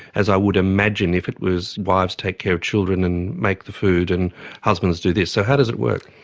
as i would imagine if it was wives take care of children and make the food and husbands do this. so how does it work?